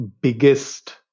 biggest